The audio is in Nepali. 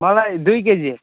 मलाई दुई केजी